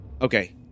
Okay